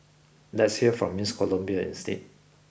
let's hear from Miss Colombia instead